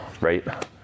right